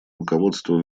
руководство